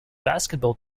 basketball